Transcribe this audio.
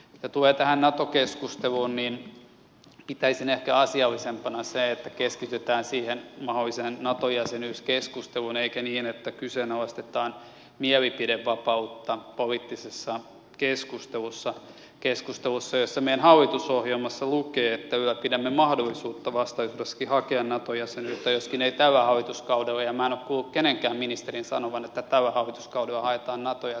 mitä tulee tähän nato keskusteluun niin pitäisin ehkä asiallisempana sitä että keskitytään siihen mahdolliseen nato jäsenyyskeskusteluun eikä niin että kyseenalaistetaan mielipidevapautta poliittisessa keskustelussa keskustelussa jossa meidän hallitusohjelmassa lukee että ylläpidämme mahdollisuutta vastaisuudessakin hakea nato jäsenyyttä joskaan ei tällä hallituskaudella ja minä en ole kuullut kenenkään ministerin sanovan että tällä hallituskaudella haetaan nato jäsenyyttä